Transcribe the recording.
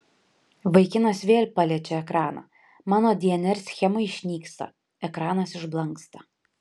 vaikinas vėl paliečia ekraną mano dnr schema išnyksta ekranas išblanksta